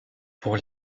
pour